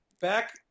back